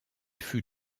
fut